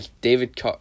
David